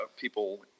people –